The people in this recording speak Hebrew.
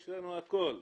יש לנו הכול.